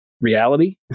reality